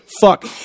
fuck